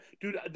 dude